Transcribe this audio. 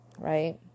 right